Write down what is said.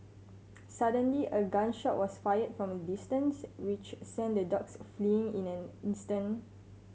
suddenly a gun shot was fired from a distance which sent the dogs fleeing in an instant